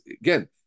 again